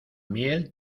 miel